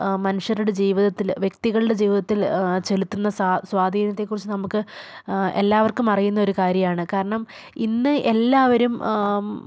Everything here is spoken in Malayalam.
മനുഷ്യരുടെ ജീവിതത്തിൽ വ്യക്തികളുടെ ജീവിതത്തിൽ ചെലുത്തുന്ന സ്വാധീനത്തെക്കുറിച്ച് നമുക്ക് എല്ലാവർക്കും അറിയുന്ന ഒരു കാര്യമാണ് കാരണം ഇന്ന് എല്ലാവരും